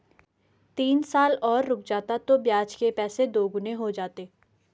तीन साल और रुक जाता तो ब्याज के पैसे दोगुने हो जाते